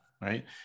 right